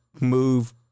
move